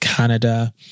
Canada